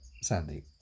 Sandy